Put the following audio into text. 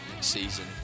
season